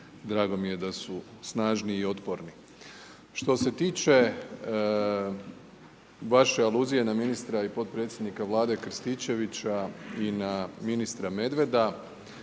drago mi je da su snažni i otporni. Što se tiče vaše aluzije na ministra i potpredsjednika Vlade Krstičevića i na ministra Medveda,